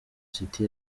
city